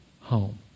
home